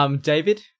David